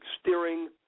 Steering